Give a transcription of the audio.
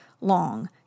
long